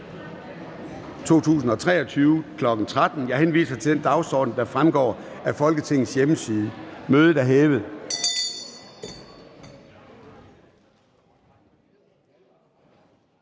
2023, kl. 13.00. Jeg henviser til den dagsorden, der fremgår af Folketingets hjemmeside. Mødet er hævet.